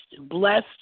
blessed